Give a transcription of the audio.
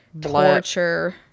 torture